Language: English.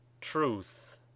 truth